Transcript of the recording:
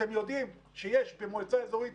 אתם יודעים שיש במועצה אזורית